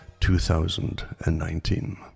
2019